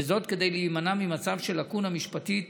כדי להימנע ממצב של לקונה משפטית